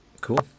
Cool